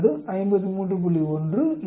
1 8 65 30